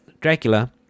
Dracula